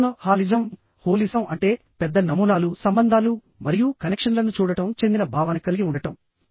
holism holism అంటే పెద్ద నమూనాలు సంబంధాలు మరియు కనెక్షన్లను చూడటం చెందిన భావన కలిగి ఉండటం